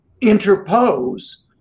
interpose